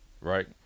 right